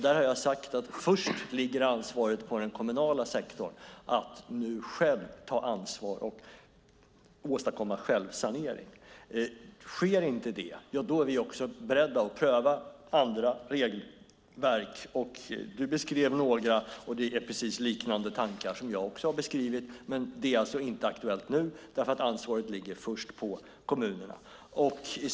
Då har jag sagt att ansvaret först ligger på den kommunala sektorn för att själv ta ansvar och åstadkomma självsanering. Sker inte det är vi beredda att pröva andra regelverk. Du beskrev några. Det är precis liknande tankar som även jag har beskrivit. Men det är alltså inte aktuellt nu, eftersom ansvaret först ligger på kommunerna.